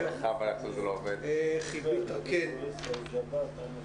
ננסה להעלות אותו.